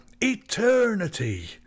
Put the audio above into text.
Eternity